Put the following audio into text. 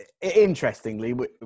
interestingly